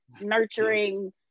nurturing